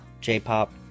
j-pop